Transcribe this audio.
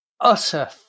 utter